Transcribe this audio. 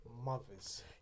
mothers